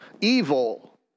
evil